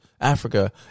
Africa